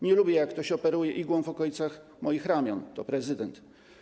Nie lubię, jak ktoś operuje igłą w okolicach moich ramion - to prezydent.